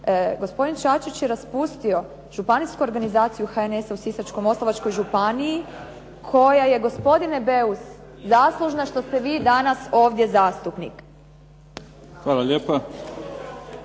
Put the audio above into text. Gospodin Čačić je raspustio županijsku organizaciju HNS-a u Sisačko-moslavačkoj županiji koja je gospodine Beus zaslužna što ste vi danas ovdje zastupnik. **Mimica,